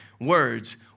words